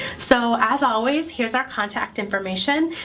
so as always, here's our contact information.